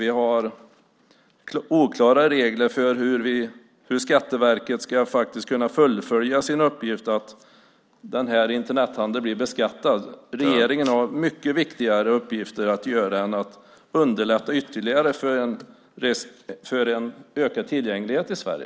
Vi har oklara regler för hur Skatteverket ska kunna fullfölja sin uppgift så att Internethandeln blir beskattad. Regeringen har mycket viktigare uppgifter att göra än att ytterligare underlätta för en ökad tillgänglighet i Sverige.